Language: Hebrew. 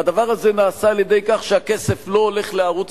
והדבר הזה נעשה על-ידי כך שהכסף לא הולך לערוץ